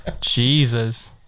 jesus